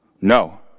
No